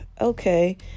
okay